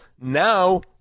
now